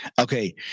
Okay